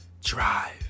drive